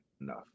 enough